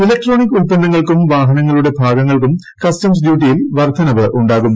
electronic ഉൽപ്പന്നങ്ങൾക്കും വാഹനങ്ങളുടെ ഭാഗങ്ങൾക്കും കസ്റ്റംസ് ഡ്യൂട്ടിയിൽ വർദ്ധനവ് ഉട്ടാകും